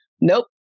Nope